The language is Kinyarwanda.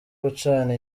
gucana